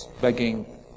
begging